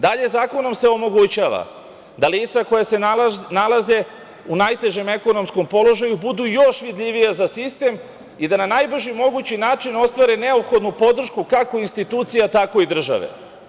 Dalje, zakonom se omogućava da lica koja se nalaze u najtežem ekonomskom položaju budu još vidljivija za sistem i da na najbrži mogući način ostvare neophodnu podršku kako institucija tako i države.